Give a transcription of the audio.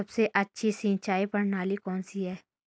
सबसे अच्छी सिंचाई प्रणाली कौन सी है?